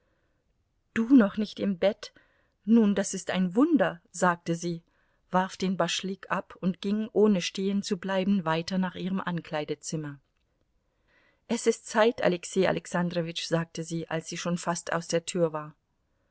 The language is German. du noch nicht im bett nun das ist ein wunder sagte sie warf den baschlik ab und ging ohne stehenzubleiben weiter nach ihrem ankleidezimmer es ist zeit alexei alexandrowitsch sagte sie als sie schon fast aus der tür war